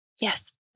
Yes